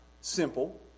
simple